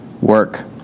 work